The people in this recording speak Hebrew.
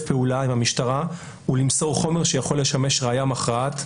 פעולה עם המשטרה ולמסור חומר שיכול לשמש ראיה מכרעת,